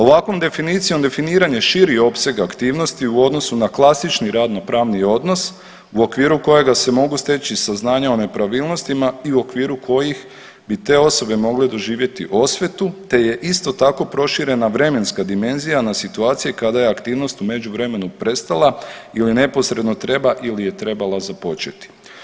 Ovakvom definicijom definiran je širi opseg aktivnosti u odnosu na klasični radnopravni odnos u okviru kojega se mogu steći saznanja o nepravilnostima i u okviru kojih bi te osobe mogle doživjeti osvetu, te je isto tako proširena vremenska dimenzija na situacije kada je aktivnost u međuvremenu prestala ili neposredno treba ili je trebala započeti.